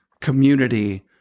community